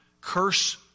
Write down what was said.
curse